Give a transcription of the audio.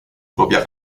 propia